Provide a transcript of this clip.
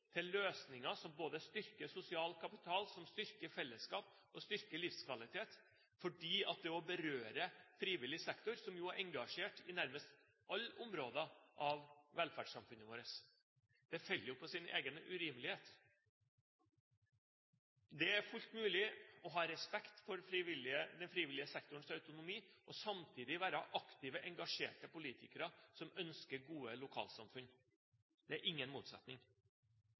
til løsninger som både styrker sosial kapital, styrker fellesskap og styrker livskvalitet fordi det også berører frivillig sektor, som jo er engasjert i nesten alle områder av velferdssamfunnet vårt? Det faller på sin egen urimelighet. Det er fullt mulig å ha respekt for den frivillige sektorens autonomi og samtidig være aktive, engasjerte politikere som ønsker gode lokalsamfunn. Det er ingen motsetning.